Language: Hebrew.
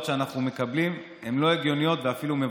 שאנחנו מקבלים הן לא הגיוניות ואפילו מבזות.